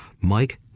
mike